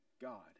God